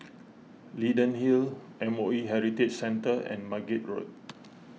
Leyden Hill M O E Heritage Centre and Margate Road